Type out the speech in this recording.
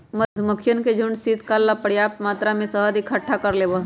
मधुमक्खियन के झुंड शीतकाल ला पर्याप्त मात्रा में शहद इकट्ठा कर लेबा हई